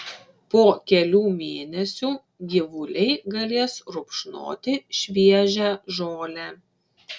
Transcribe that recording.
po kelių mėnesių gyvuliai galės rupšnoti šviežią žolę